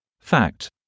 Fact